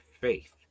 faith